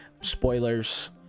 spoilers